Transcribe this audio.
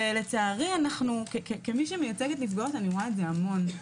לצערי כמי שמייצגת נפגעות אני רואה את זה המון,